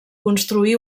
construí